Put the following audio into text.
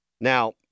Now